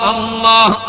Allah